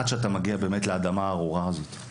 עד שאתה מגיע באמת לאדמה הארורה הזאת.